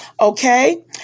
Okay